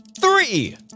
three